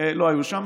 הם לא היו שם.